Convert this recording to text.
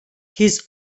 his